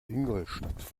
ingolstadt